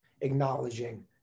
acknowledging